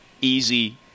easy